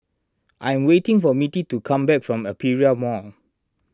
I am waiting for Mittie to come back from Aperia Mall